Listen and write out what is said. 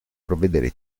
provvedere